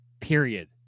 Period